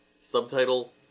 Subtitle